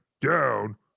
down